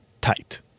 tight